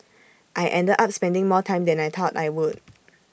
I ended up spending more time than I thought I would